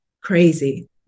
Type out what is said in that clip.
crazy